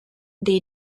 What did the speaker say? dei